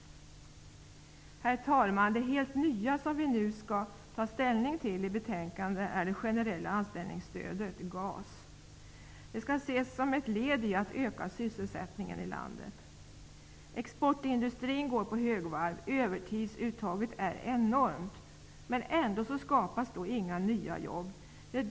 Herr talman! Det helt nya som vi skall ta ställning till i betänkandet är det generella anställningsstödet, GAS. GAS skall ses som ett led i att öka sysselsättningen i landet. Exportindustrin går på högvarv; övertidsuttaget är enormt. Men ändå skapas inga nya jobb.